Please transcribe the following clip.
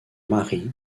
mari